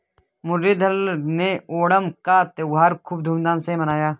मुरलीधर ने ओणम का त्योहार खूब धूमधाम से मनाया